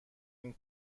این